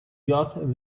got